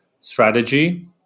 strategy